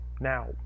Now